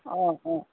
অঁ অঁ